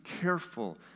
careful